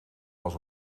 was